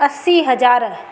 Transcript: असीं हज़ार